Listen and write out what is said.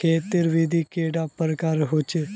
खेत तेर विधि कैडा प्रकारेर होचे?